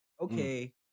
okay